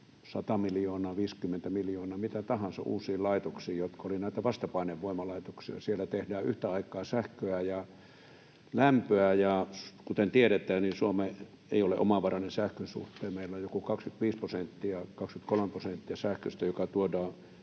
100 miljoonaa, 50 miljoonaa, mitä tahansa uusiin laitoksiin, jotka olivat näitä vastapainevoimalaitoksia — siellä tehdään yhtä aikaa sähköä ja lämpöä. Kuten tiedetään, Suomi ei ole omavarainen sähkön suhteen. Meillä joku 25 prosenttia, 23 prosenttia sähköstä tuodaan